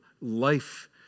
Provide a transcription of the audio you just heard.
life